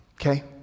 Okay